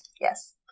Yes